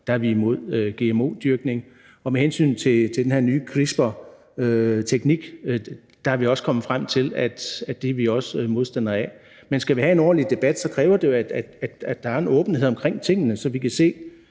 ude i naturen. Og med hensyn til den her nye CRISPR-teknik er vi også kommet frem til, at det er vi også modstandere af. Men skal vi have en ordentlig debat, kræver det jo, at der er en åbenhed omkring tingene, så Venstres